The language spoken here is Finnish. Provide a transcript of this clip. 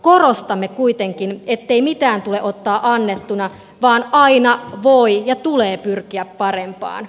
korostamme kuitenkin ettei mitään tule ottaa annettuna vaan aina voi ja tulee pyrkiä parempaan